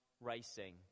racing